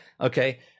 Okay